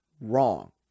wrong